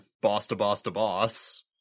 boss-to-boss-to-boss